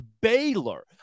Baylor